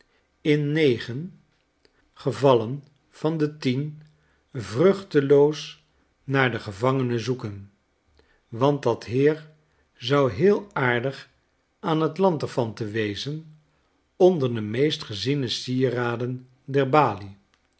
gevallen van de tien vruchteloos naar den gevangene zoeken want dat heer zou heel aardig aan t lanterfanten wezen onder de meest geziene sieraden der balie